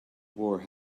war